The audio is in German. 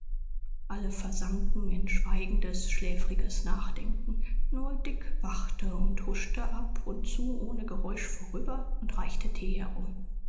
alle versanken in schweigendes schläfriges nachdenken nur dick wachte und huschte ab und zu ohne geräusch vorüber und reichte tee herum